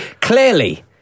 Clearly